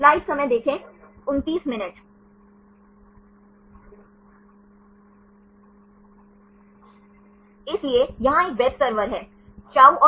छात्र x 1 x 2 ए